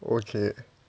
okay